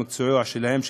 במקצוע שלהם,